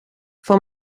van